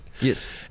Yes